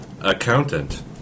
accountant